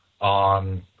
on